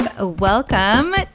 Welcome